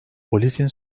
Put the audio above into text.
polisin